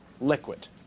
liquid